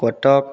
Cuttack